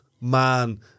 man